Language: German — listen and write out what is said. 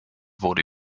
wurde